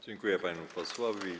Dziękuję panu posłowi.